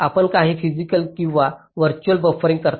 आपण काही फिसिकल किंवा वर्चुअल बफरिंग करता